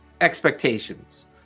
expectations